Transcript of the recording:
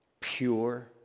pure